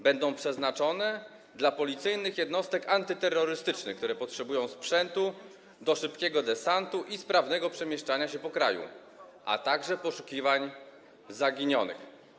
Będą przeznaczone dla policyjnych jednostek antyterrorystycznych, które potrzebują sprzętu do szybkiego desantu i sprawnego przemieszczania się po kraju, a także poszukiwań zaginionych.